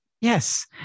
Yes